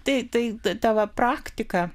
tai tai ta va praktika